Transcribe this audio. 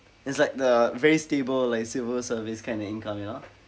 it's like the very stable like civil service kind of income you know